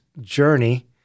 journey